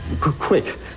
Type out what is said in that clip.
Quick